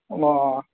ꯑꯣ